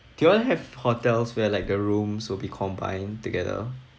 do you all have hotels where like the rooms will be combined together